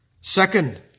second